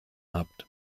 habt